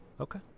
Okay